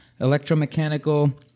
Electromechanical